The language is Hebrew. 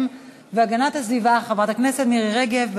והגנת הסביבה חברת הכנסת מירי רגב.